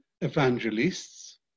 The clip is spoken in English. evangelists